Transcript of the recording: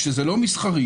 כשזה לא מסחרי,